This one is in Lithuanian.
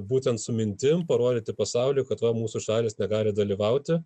būtent su mintim parodyti pasauliui kad va mūsų šalys negali dalyvauti